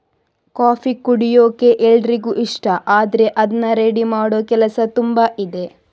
coffee ಕುಡಿಯೋಕೆ ಎಲ್ರಿಗೂ ಇಷ್ಟ ಆದ್ರೆ ಅದ್ನ ರೆಡಿ ಮಾಡೋ ಕೆಲಸ ತುಂಬಾ ಇದೆ